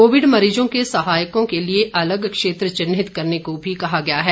Covid मरीजों के सहायकों के लिए अलग क्षेत्र चिन्हित करने को भी कहा गया है